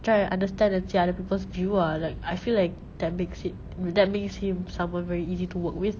try to understand and see other people's view ah like I feel like that makes it that makes him someone very easy to work with